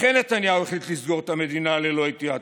לכן נתניהו החליט לסגור את המדינה ללא התייעצות,